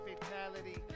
fatality